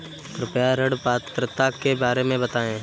कृपया ऋण पात्रता के बारे में बताएँ?